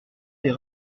des